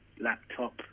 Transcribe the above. laptop